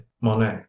monet